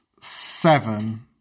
seven